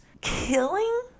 killing